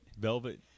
velvet